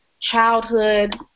childhood